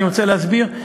אני רוצה להסביר.